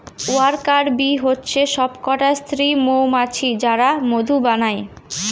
worker bee হচ্ছে সবকটা স্ত্রী মৌমাছি যারা মধু বানায়